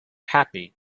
happy